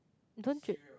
don't you